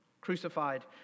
crucified